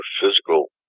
physical